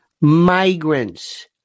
migrants